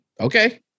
okay